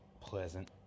pleasant